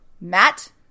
Matt